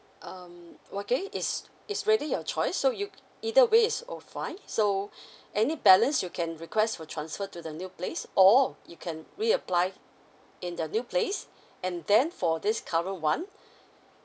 um okay it's it's really your choice so you either way is all fine so any balance you can request for transfer to the new place or you can reapply in the new place and then for this current [one]